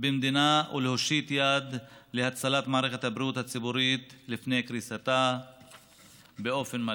במדינה ולהושיט יד להצלת מערכת הבריאות הציבורית לפני קריסתה באופן מלא,